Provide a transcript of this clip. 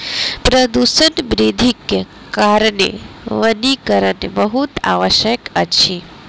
प्रदूषण वृद्धिक कारणेँ वनीकरण बहुत आवश्यक अछि